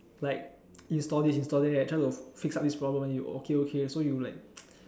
like install this install that try to fix up this problem you okay okay so you're like